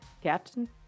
Captain